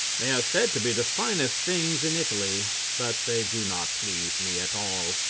they are said to be the finest things in italy, but they do not please me at all.